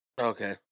Okay